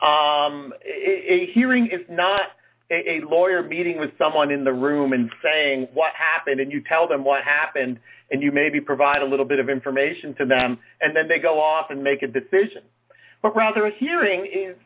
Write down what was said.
a hearing it's not a lawyer meeting with someone in the room and saying what happened and you tell them what happened and you maybe provide a little bit of information to them and then they go off and make a decision but rather a hearing